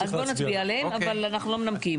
אז בוא נצביע עליהן, אבל אנחנו לא מנמקים.